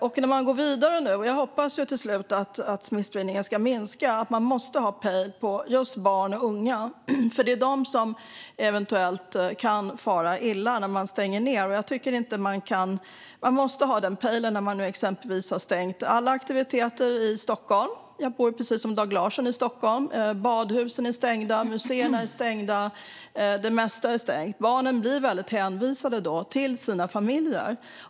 Jag hoppas att smittspridningen ska minska till slut, och när man går vidare nu måste man ha pejl på just barn och unga. Det är de som eventuellt kan fara illa när man stänger ned, och jag tycker att man måste ha den pejlen nu när exempelvis alla aktiviteter i Stockholm har stängts ned. Jag bor, precis som Dag Larsson, i Stockholm. Badhusen är stängda, museerna är stängda och det mesta är stängt. Barnen blir då väldigt hänvisade till sina familjer.